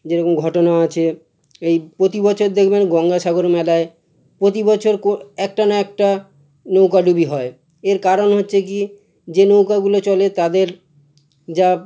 যেরকম ঘটনা আছে এই প্রতিবছর দেখবেন গঙ্গাসাগর মেলায় প্রতিবছর একটা না একটা নৌকাডুবি হয় এর কারণ হচ্ছে কী যে নৌকাগুলো চলে তাদের যা